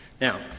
Now